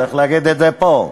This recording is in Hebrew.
צריך להגיד את זה פה.